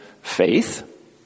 faith